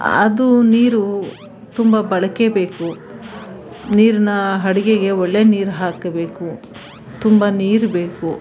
ಅದು ನೀರು ತುಂಬ ಬಳಕೆಗೆ ಬೇಕು ನೀರನ್ನ ಅಡುಗೆಗೆ ಒಳ್ಳೆ ನೀರು ಹಾಕಬೇಕು ತುಂಬ ನೀರು ಬೇಕು